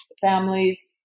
families